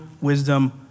wisdom